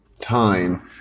time